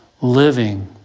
living